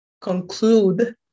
conclude